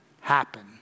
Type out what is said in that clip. happen